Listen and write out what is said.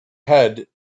head